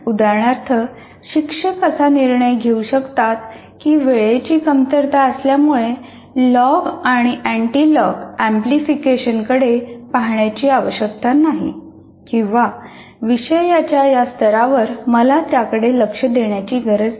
उदाहरणार्थ शिक्षक असा निर्णय घेऊ शकतात की वेळेची कमतरता असल्यामुळे लॉग आणि अँटिलोग एम्प्लिफिकेशनकडे पाहण्याची आवश्यकता नाही किंवा विषयाच्या या स्तरावर मला त्याकडे लक्ष देण्याची गरज नाही